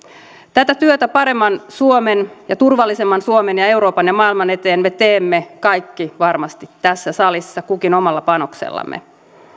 tätä työtä paremman suomen ja turvallisemman suomen ja euroopan ja maailman eteen me teemme kaikki varmasti tässä salissa kukin omalla panoksellamme